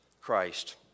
Christ